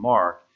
Mark